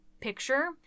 picture